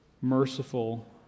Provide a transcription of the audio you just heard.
merciful